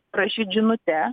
parašyt žinute